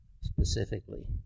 specifically